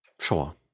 Sure